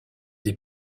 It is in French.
des